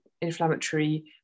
inflammatory